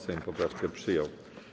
Sejm poprawkę przyjął.